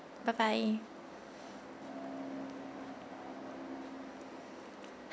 bye bye